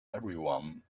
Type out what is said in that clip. everyone